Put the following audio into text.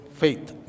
faith